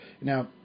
Now